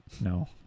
No